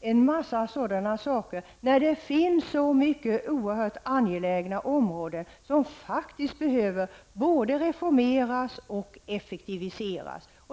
en massa sådana saker, när det finns så många oerhört angelägna områden som faktiskt behöver både reformeras och effektiviseras.